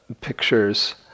pictures